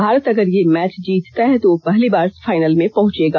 भारत अगर यह मैच जीतता है तो वह पहली बार फाइनल में पहुंचेगा